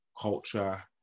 culture